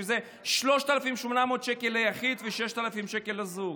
שזה 3,800 שקלים ליחיד ו-6,000 שקלים לזוג.